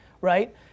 right